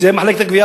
שזו מחלקת הגבייה,